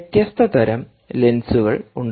വ്യത്യസ്ത തരം ലെൻസുകൾ ഉണ്ട്